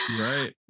Right